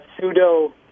pseudo